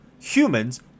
humans